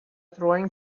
drawing